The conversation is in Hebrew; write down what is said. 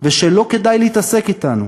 ושלא כדאי להתעסק אתנו.